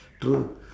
true